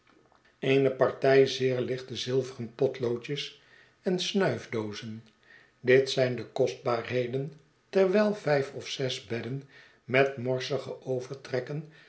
eene partij zeer lichte zilveren potloodjes en snuifdoozen dit zijn de kostbaarheden terwijl vijf of zes bedden met morsige overtrekken